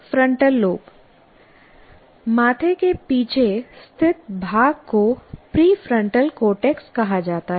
frontal lobe माथे के पीछे स्थित भाग को प्रीफ्रंटल कॉर्टेक्स कहा जाता है